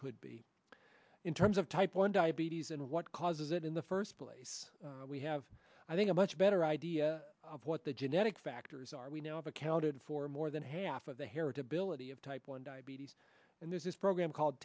could be in terms of type one diabetes and what causes it in the first place we have i think a much better idea of what the genetic factors are we now have accounted for more than half of the heritability of type one diabetes and there's this program called